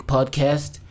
Podcast